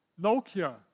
Nokia